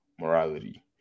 morality